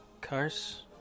cars